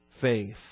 faith